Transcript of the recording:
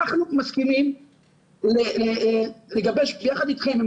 אנחנו מסכימים לגבש ביחד אתכם,